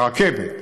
הרכבת,